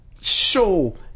show